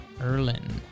Erlin